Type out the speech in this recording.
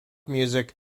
music